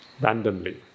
randomly